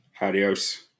Adios